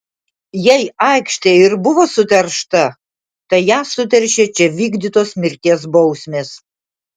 jei aikštė ir buvo suteršta tai ją suteršė čia vykdytos mirties bausmės